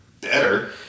better